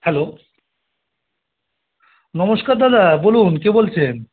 hello নমস্কার দাদা বলুন কে বলছেন